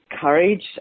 courage